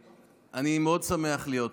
אני מאוד שמח להיות פה,